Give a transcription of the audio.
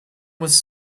was